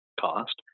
cost